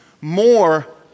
more